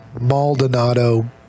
Maldonado